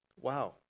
Wow